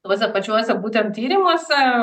tuose pačiuose būtent tyrimuose